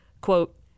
quote